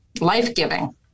life-giving